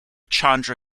chandra